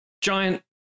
Giant